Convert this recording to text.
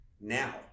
Now